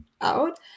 out